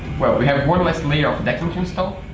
well we have one last layer of decking to install.